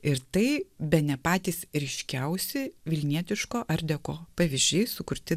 ir tai bene patys ryškiausi vilnietiško art deko pavyzdžiai sukurti